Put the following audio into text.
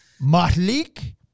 Mahlik